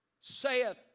saith